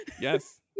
yes